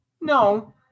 no